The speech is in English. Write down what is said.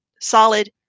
solid